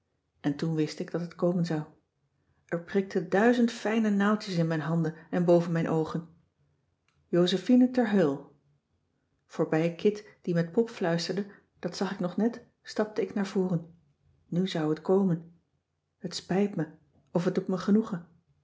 en toen wist ik dat het komen zou er prikten duizend fijne naaldjes in mijn handen en boven mijn oogen josephine ter heul voorbij kit die met pop fluisterde dat zag ik nog net stapte ik naar voren nu zou het komen het spijt me of het doet me genoegen